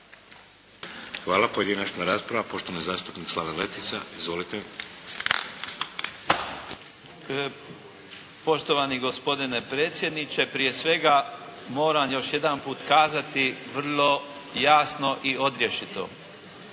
Hvala. Pojedinačna rasprava, poštovani zastupnik Slaven Letica. Izvolite. **Letica, Slaven (Nezavisni)** Poštovani gospodine predsjedniče. Prije svega moram još jedanput kazati vrlo jasno i odrješito.